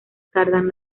cardan